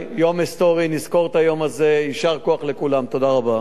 תודה לשר לביטחון פנים, השר יצחק אהרונוביץ.